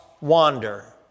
wander